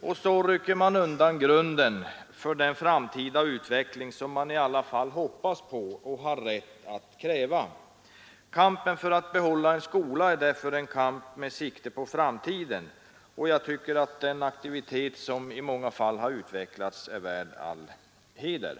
och så rycker man undan grunden för den framtida utveckling som man i alla fall hoppas på och har rätt att kräva. Kampen för att behålla en skola är därför en kamp med sikte på framtiden, och jag tycker att den aktivitet som i många fall har utvecklats är värd all heder.